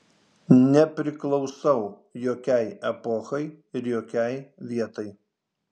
nepriklausau jokiai epochai ir jokiai vietai